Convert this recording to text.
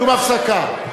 שום הפסקה.